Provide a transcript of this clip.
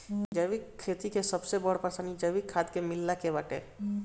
जैविक खेती के सबसे बड़ परेशानी जैविक खाद के मिलला के बाटे